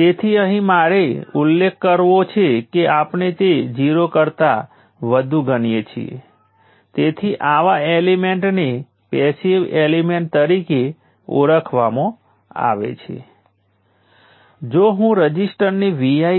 તેથી આનો અર્થ એ થયો કે વોલ્ટેજ સોર્સ દ્વારા શોષાયેલ પાવર નેગેટિવ છે બીજા શબ્દોમાં તે પાવર ડીલીવર કરે છે એટલેકે હું આ ફક્ત 1 સોર્સ અને 1 લોડને જોઈને